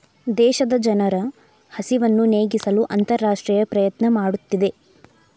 ದೇಶದ ಜನರ ಹಸಿವನ್ನು ನೇಗಿಸಲು ಅಂತರರಾಷ್ಟ್ರೇಯ ಪ್ರಯತ್ನ ಮಾಡುತ್ತಿದೆ